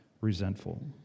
resentful